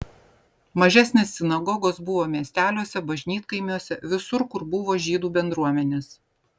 mažesnės sinagogos buvo miesteliuose bažnytkaimiuose visur kur buvo žydų bendruomenės